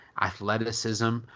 athleticism